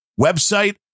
website